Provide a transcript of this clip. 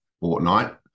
fortnight